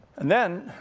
and then,